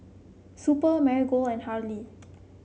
Super Marigold and Hurley